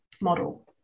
model